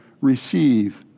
Receive